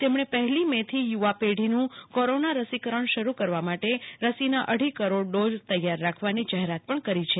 તેમણે પહેલી મેં થી યુવા પેઢીનું કોરોના રસીકરણ શરૂ કરવા માટે રસીના અઢી કરોડ ડોઝ તૈયાર રાખવાની જાહેરાત પણ કરી છે